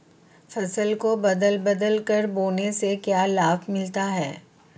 फसल को बदल बदल कर बोने से क्या लाभ मिलता है?